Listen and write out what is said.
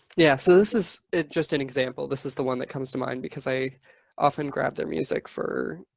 yeah so this is it just an example. this is the one that comes to mind because i often grab their music for